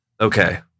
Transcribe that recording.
okay